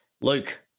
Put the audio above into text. Luke